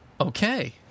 Okay